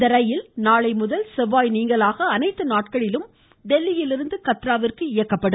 இந்த ரயில் நாளைமுதல் செவ்வாய் நீங்கலாக அனைத்து நாட்களிலும் புதுதில்லியிலிருந்து கத்ராவிற்கு இயக்கப்படும்